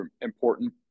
important